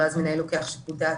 על הלמידה,